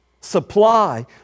supply